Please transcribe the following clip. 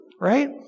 right